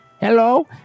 Hello